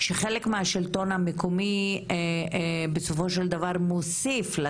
שחלק מישובים בשלטון המקומי בסופו של דבר מוסיפים מכיסם